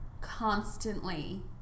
constantly